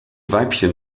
weibchen